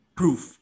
proof